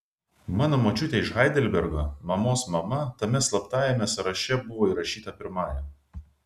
mano močiutė iš heidelbergo mamos mama tame slaptajame sąraše buvo įrašyta pirmąja